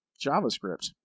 JavaScript